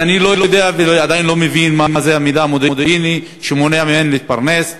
ואני לא יודע ועדיין לא מבין מה המידע המודיעיני שמונע מהם להתפרנס.